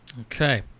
Okay